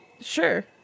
sure